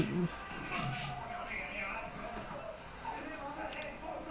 the only goal he consumed was the rebound and that [one] also like is hard like you know what I mean like